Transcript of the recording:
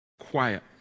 quiet